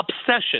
obsession